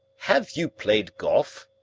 have you played golf?